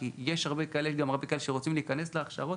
כי יש הרבה כאלה ויש גם הרבה כאלה שרוצים להיכנס להכשרות